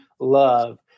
love